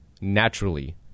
naturally